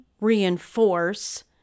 reinforce